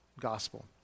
gospel